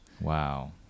Wow